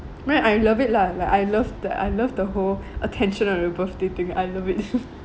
man I love it lah like I love that I love the whole attention of the birthday thing I love it